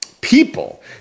people